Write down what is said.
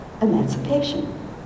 emancipation